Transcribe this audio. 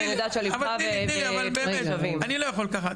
ויודעת שליבך ופיך שווים אני לא יכול ככה,